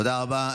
תודה רבה.